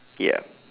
ya